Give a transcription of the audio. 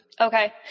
Okay